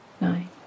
Nine